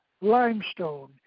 Limestone